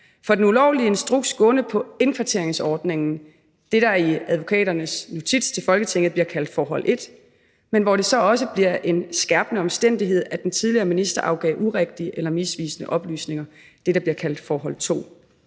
for den ulovlige instruks gående på indkvarteringsordningen – det, der i advokaternes notits til Folketinget bliver kaldt forhold 1 – men hvor det så også bliver en skærpende omstændighed, at den tidligere minister afgav urigtige eller misvisende oplysninger – det, der bliver kaldt forhold 2.